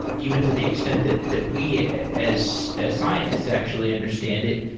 even to the extent that that we ah as as scientists actually understand it.